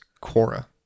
Cora